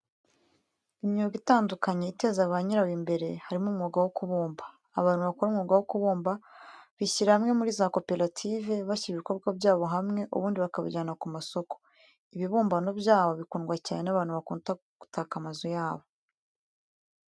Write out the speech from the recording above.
Imyuga itandukanye iteza ba nyirawo imbere, harimo umwuga wo kubumba. Abantu bakora umwuga wo kubumba bishyira hamwe muri za koperative, bashyira ibikorwa byabo hamwe ubundi bakabijyana ku masoko. Ibibumbano byabo bikundwa cyane n'abantu bakunda gutaka amazu yabo.